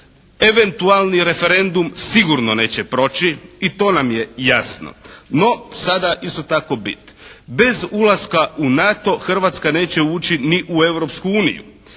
Eventualni referendum sigurno neće proći i to nam je jasno. No, sada isto tako bit. Bez ulaska u NATO Hrvatska neće ući ni u